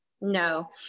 No